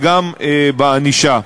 וגם בענישה.